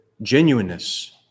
genuineness